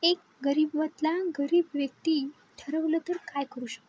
एक गरीबातला गरीब व्यक्ती ठरवलं तर काय करू शकतो